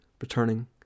returning